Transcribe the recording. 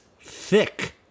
thick